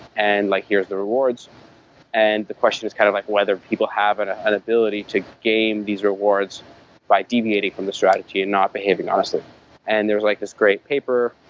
and like here is the rewards and the question is kind of like whether people have an an ability to gain these rewards by deviating from the strategy and not behaving honestly and there is like this great paper,